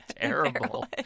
terrible